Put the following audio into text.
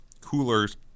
coolers